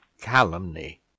calumny